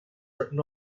written